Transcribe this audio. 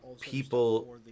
people